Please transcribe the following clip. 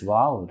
Wow